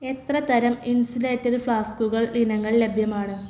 എത്ര തരം ഇൻസുലേറ്റഡ് ഫ്ലാസ്കുകൾ ഇനങ്ങൾ ലഭ്യമാണ്